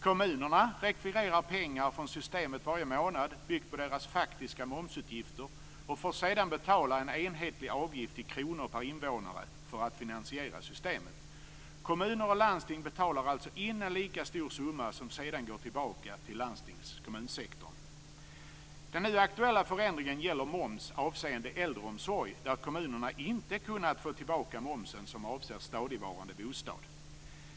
Kommunerna rekvirerar pengar varje månad från systemet som är byggt på deras faktiska momsutgifter och får sedan betala en enhetlig avgift i kronor per invånare för att finansiera systemet. Kommuner och landsting betalar alltså in en lika stor summa som sedan går till landstings och kommunsektorn. Den nu aktuella förändringen gäller moms avseende äldreomsorg där kommunerna inte kunnat få tillbaka momsen som avser stadigvarande bostad.